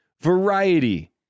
Variety